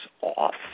off